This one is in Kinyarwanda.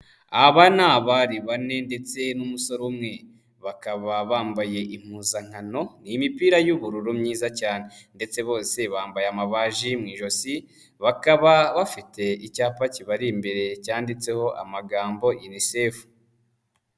Aba ni abari bane ndetse n'umusore umwe, bakaba bambaye impuzankano, ni imipira y'ubururu myiza cyane ndetse bose bambaye amabaji mu ijosi, bakaba bafite icyapa kibari imbere, cyanditseho amagambo Unicef.